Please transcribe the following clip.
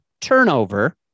turnover